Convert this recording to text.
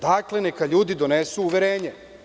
Dajte, neka ljudi donesu uverenje.